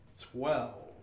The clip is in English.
Twelve